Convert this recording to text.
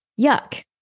Yuck